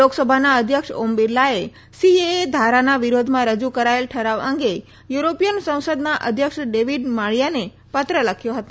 લોકસભાના અધ્યક્ષ ઓમ બિરલાએ સીએએ ધારાના વિરોધમાં રજુ કરાયેલ ઠરાવ અંગે યુરોપીયન સંસદના અધ્યક્ષ ડેવીડ માળીયાને પત્ર લખ્યો હતો